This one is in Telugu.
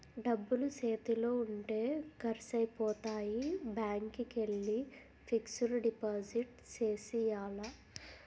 డబ్బులు సేతిలో ఉంటే ఖర్సైపోతాయి బ్యాంకికెల్లి ఫిక్సడు డిపాజిట్ సేసియ్యాల